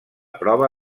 prova